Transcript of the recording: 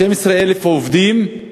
12,000 עובדים,